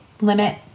limit